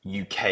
UK